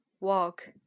walk